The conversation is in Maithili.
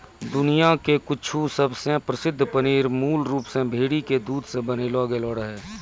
दुनिया के कुछु सबसे प्रसिद्ध पनीर मूल रूप से भेड़ी के दूध से बनैलो गेलो रहै